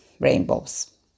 rainbows